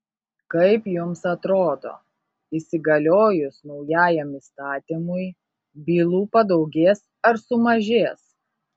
kaip jums atrodo įsigaliojus naujajam įstatymui bylų padaugės ar sumažės